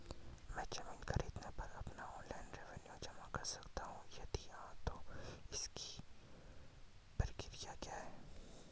मैं ज़मीन खरीद पर अपना ऑनलाइन रेवन्यू जमा कर सकता हूँ यदि हाँ तो इसकी प्रक्रिया क्या है?